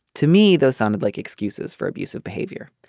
to me those sounded like excuses for abusive behavior.